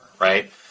right